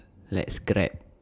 let's grab